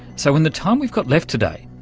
so, in the time we've got left today,